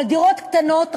אבל דירות קטנות,